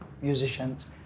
musicians